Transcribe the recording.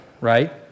right